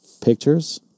pictures